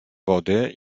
wody